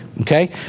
Okay